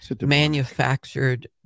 manufactured